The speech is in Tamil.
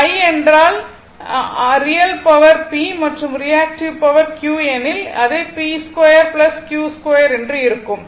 இது I என்றால் எனவே r ரியல் பவர் P மற்றும் ரியாக்டிவ் பவர் Q எனில் அதை P2 Q2 என்று இருக்கும்